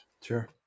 Sure